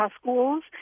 schools